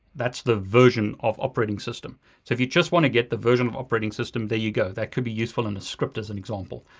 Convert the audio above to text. that's the version of operating system. so if you just wanna get the version of operating system, there you go. that could be useful in a script as an example.